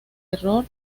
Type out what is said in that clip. error